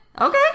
okay